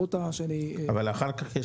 אבל אחר כך,